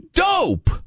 dope